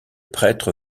prêtre